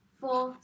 four